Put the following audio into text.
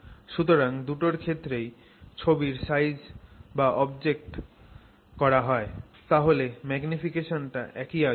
সুতরাং দুটোর ক্ষেত্রেই যদি ছবির সাইজঅবজেক্ট করা হয় তাহলে ম্যাগনিফিকেশনটা একই আসবে